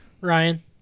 Ryan